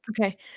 okay